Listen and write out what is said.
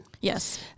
Yes